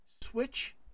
Switch